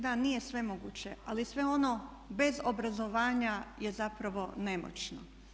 Da, nije svemoguće, ali sve ono bez obrazovanja je zapravo nemoćno.